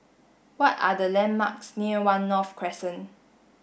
what are the landmarks near One North Crescent